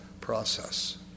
process